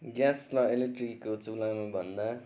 ग्यासमा इलेक्ट्रीको चुलामा भन्दा